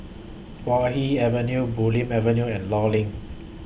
Puay Hee Avenue Bulim Avenue and law LINK